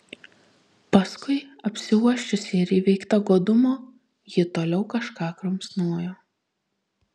paskui apsiuosčiusi ir įveikta godumo ji toliau kažką kramsnojo